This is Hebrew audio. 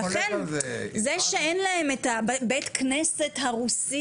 לכן זה שאין להם את בית הכנסת הרוסי